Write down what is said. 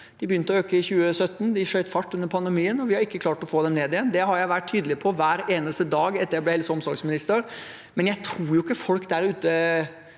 De begynte å øke i 2017, de skjøt fart under pandemien, og vi har ikke klart å få dem ned igjen. Det har jeg vært tydelig på hver eneste dag etter at jeg ble helse- og omsorgsminister. Samtidig tror jeg ikke folk der ute